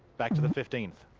back to the fifteenth,